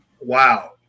Wow